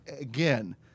again